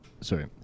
Sorry